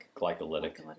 glycolytic